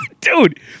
Dude